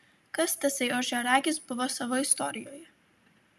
kas tasai ožiaragis buvo savo istorijoje